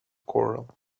corral